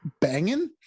banging